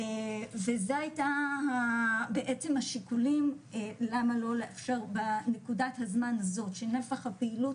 זה היה בעצם השיקולים למה לא לאפשר בנקודת הזמן הזאת שנפח הפעילות